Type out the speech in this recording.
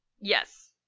Yes